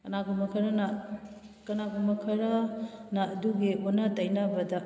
ꯀꯅꯥꯒꯨꯝꯕ ꯈꯔꯅ ꯀꯅꯥꯒꯨꯝꯕ ꯈꯔꯅ ꯑꯗꯨꯒꯤ ꯑꯣꯟꯅ ꯇꯩꯅꯕꯗ